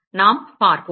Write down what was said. நாம் பார்ப்போம்